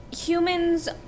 humans